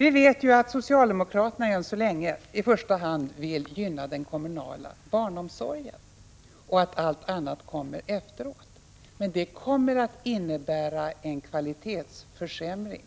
Vi vet att socialdemokraterna än så länge i första hand vill gynna den kommunala barnomsorgen och att allt annat kommer i efterhand. Men det kommer att innebära en kvalitetsförsämring,